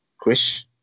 Chris